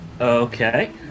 Okay